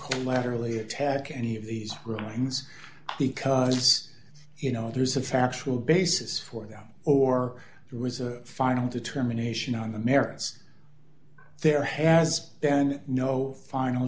call laterally attack any of these rulings because you know there's a factual basis for them or there was a final determination on the merits there has been no final